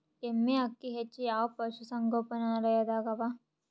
ಎಮ್ಮೆ ಅಕ್ಕಿ ಹೆಚ್ಚು ಯಾವ ಪಶುಸಂಗೋಪನಾಲಯದಾಗ ಅವಾ?